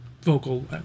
vocal